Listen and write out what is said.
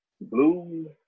Blue